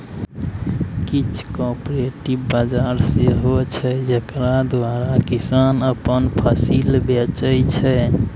किछ कॉपरेटिव बजार सेहो छै जकरा द्वारा किसान अपन फसिल बेचै छै